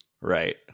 Right